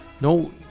No